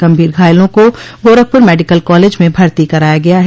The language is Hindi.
गंभीर घायलों को गोरखपुर मेडिकल कॉलेज में भर्ती कराया गया है